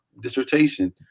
dissertation